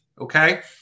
Okay